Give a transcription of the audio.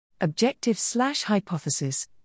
Objective-slash-hypothesis